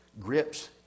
grips